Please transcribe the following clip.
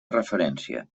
referència